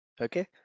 okay